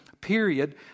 period